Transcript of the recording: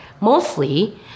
Mostly